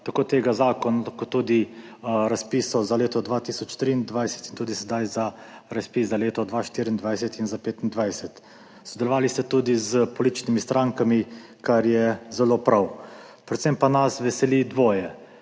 tega zakona kot tudi razpisov za leto 2023 in tudi sedaj za razpis za leto 2024 in za 2025. Sodelovali ste tudi s političnimi strankami, kar je zelo prav. Predvsem pa nas veseli dvoje.